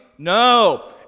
No